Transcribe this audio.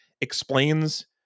explains